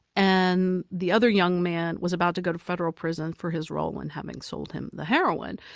and the other young man was about to go to federal prison for his role in having sold him the heroin.